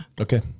okay